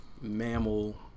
mammal